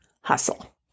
hustle